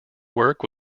work